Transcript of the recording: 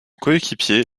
coéquipier